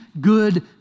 good